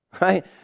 right